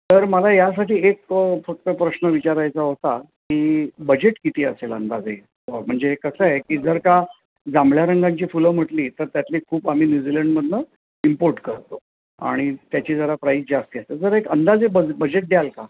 तर मला यासाठी एक फक्त प्रश्न विचारायचा होता की बजेट किती असेल अंदाजे म्हणजे कसं आहे की जर का जांभळ्या रंगांची फुलं म्हटली तर त्यातली खूप आम्ही न्यूझीलंडमधनं इम्पोर्ट करतो आणि त्याची जरा प्राईज जास्ती आहे तर जरा एक अंदाजे बज बजेट द्याल का